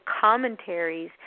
commentaries